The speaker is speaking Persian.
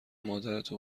مادرتو